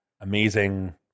amazing